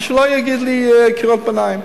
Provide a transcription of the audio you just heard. אז שלא יקרא קריאות ביניים.